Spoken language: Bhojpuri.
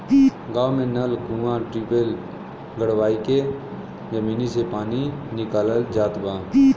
गांव में नल, कूंआ, टिबेल गड़वाई के जमीनी से पानी निकालल जात बा